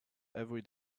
every